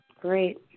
Great